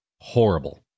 horrible